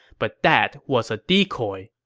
but that was a decoy.